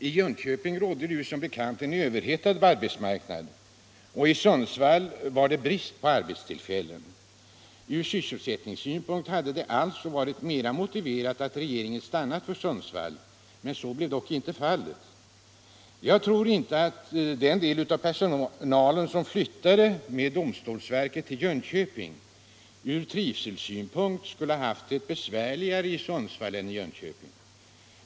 I Jönköping rådde som bekant en överhettad arbetsmarknad; i Sunds — Nr 62 vall var det brist på arbetstillfällen. Ur sysselsättningssynpunkt hade det alltså varit mera motiverat att regeringen stannat för Sundsvall. Så blev dock inte fallet. Jag tror inte att den del av personalen som flyttade med domstolsverket till Jönköping ur trivselsynpunkt skulle haft - Om åtgärder mot det besvärligare i Sundsvall än i Jönköping.